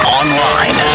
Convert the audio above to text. online